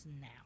now